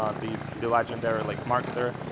um the the legendary like marketer.